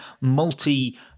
multi